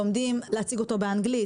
לומדים להציג אותו באנגלית,